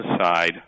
side